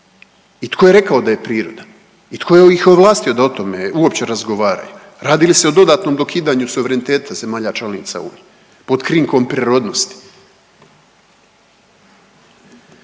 I to je rekao da je prirodan? I tko ih je ovlastio da o tome uopće razgovaraju? Radi li se o dodatnom dokidanju suvereniteta zemalja članica unije pod krinkom prirodnosti?